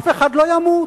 אף אחד לא ימות,